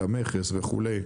למכס וכולי,